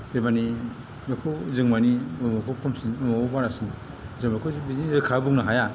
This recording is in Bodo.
बे माने बेखौ जों मानि बबेखौ खमसिन बबेखौ बारासिन जों बेखौ बिदि रोखा बुंनो हाया